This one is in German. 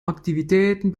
aktivitäten